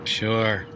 sure